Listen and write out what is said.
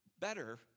better